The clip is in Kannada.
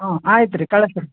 ಹಾಂ ಆಯ್ತು ರೀ ಕಳಿಸಿ ರೀ